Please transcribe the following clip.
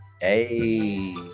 hey